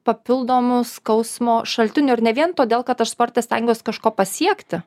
papildomų skausmo šaltiniu ir ne vien todėl kad aš sporte sąjungos kažko pasiekti